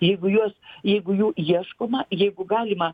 jeigu juos jeigu jų ieškoma jeigu galima